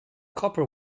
copper